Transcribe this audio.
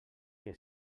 que